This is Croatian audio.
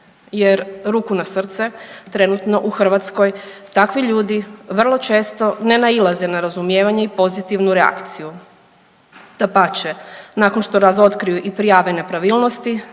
Jer ruku na srce trenutno u Hrvatskoj takvi ljudi vrlo često ne nailaze na razumijevanje i pozitivnu reakciju. Dapače, nakon što razotkriju i prijave nepravilnosti